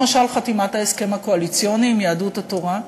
למשל חתימת ההסכם הקואליציוני עם יהדות התורה,